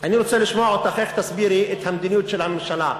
אני רוצה לשמוע אותך איך תסבירי את המדיניות של הממשלה.